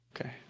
Okay